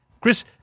Chris